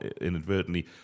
inadvertently